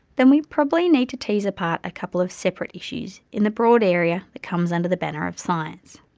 then we probably need to tease apart a couple of separate issues in the broad area that comes under the banner of science.